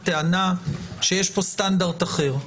טענה שיש פה סטנדרט אחר.